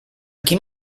quin